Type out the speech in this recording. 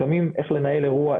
לפעמים איך לנהל אירוע,